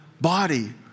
body